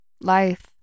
life